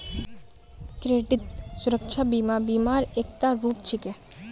credit सुरक्षा बीमा बीमा र एकता रूप छिके